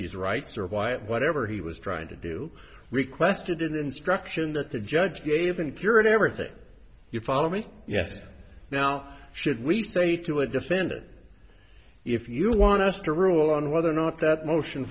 these rights are white whatever he was trying to do requested an instruction that the judge gave him curate everything you follow me yes now should we say to a defendant if you want us to rule on whether or not that motion